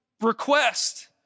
request